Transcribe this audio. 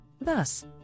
Thus